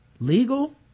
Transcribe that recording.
legal